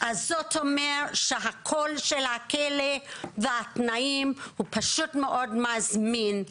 זאת אומרת שהקול של הכלא והתנאים שם פשוט מאוד מזמינים,